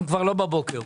אנחנו כבר לא בבוקר.